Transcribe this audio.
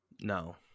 No